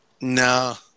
No